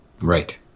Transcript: Right